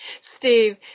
Steve